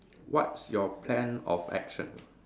what's your plan of action